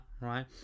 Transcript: Right